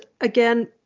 again